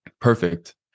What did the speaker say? Perfect